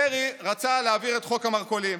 דרעי רצה להעביר את חוק המרכולים,